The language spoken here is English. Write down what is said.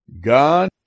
God